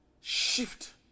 shift